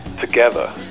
together